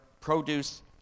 produce